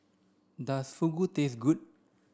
does Fugu taste good